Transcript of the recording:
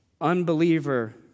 unbeliever